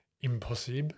impossible